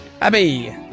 Abby